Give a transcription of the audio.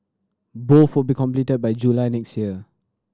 both will be completed by July next year